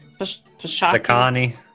Sakani